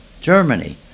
germany